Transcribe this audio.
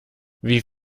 wie